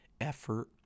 effort